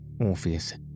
Orpheus